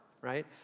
Right